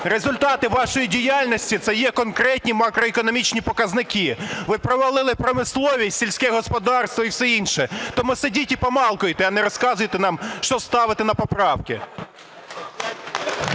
Результати вашої діяльності – це є конкретні макроекономічні показники. Ви провалили промисловість, сільське господарство і все інше. Тому сидіть і помалкивайте, а не розказуйте нам що ставити на поправки.